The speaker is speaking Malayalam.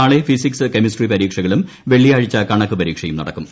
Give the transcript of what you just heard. നാളെ ഫിസിക്സ് കെമിസ്ട്രി പരീക്ഷകളും വെള്ളിയാഴ്ച കണക്ക് പരീക്ഷയും നടക്കും